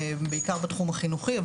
בעיקר בתחום החינוכי,